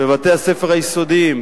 בבתי-הספר היסודיים,